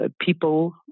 people